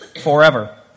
forever